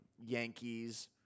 Yankees